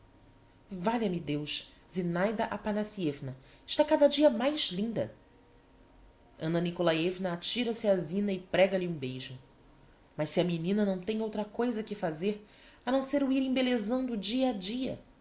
valha-me deus zinaida aphanassievna está cada dia mais linda anna nikolaievna atira-se á zina e prega lhe um beijo mas se a menina não tem outra coisa que fazer a não ser o ir embellezando dia a dia